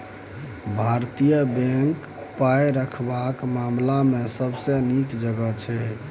भारतीय बैंक पाय रखबाक मामला मे सबसँ नीक जगह छै